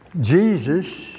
Jesus